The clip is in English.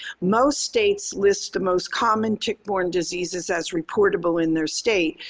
most states list the most common tick-borne diseases as reportable in their state,